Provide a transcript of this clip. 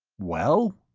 well?